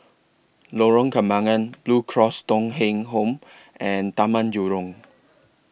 Lorong Kembang Blue Cross Thong Kheng Home and Taman Jurong